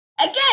Again